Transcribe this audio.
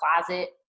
closet